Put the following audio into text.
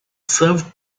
served